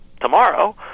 tomorrow